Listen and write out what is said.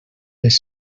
les